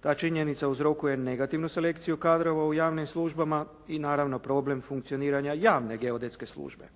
Ta činjenica uzrokuje negativnu selekciju kadrova u javnim službama i naravno problem funkcioniranja javne geodetske službe.